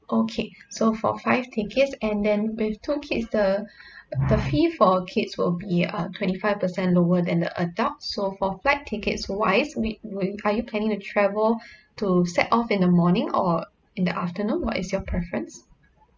okay so for five tickets and then with two kids the the fee for kids will be uh twenty five percent lower than the adults so for flight tickets wise we we are you planning to travel to set off in the morning or in the afternoon what is your preference